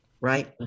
Right